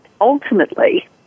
ultimately